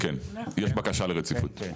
כן, יש בקשה לרציפות.